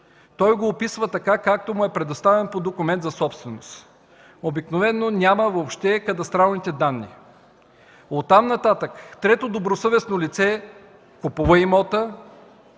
той го описва така, както му е предоставен по документ за собственост. Обикновено няма въобще кадастрални данни. Оттам-нататък трето добросъвестно лице купува имота,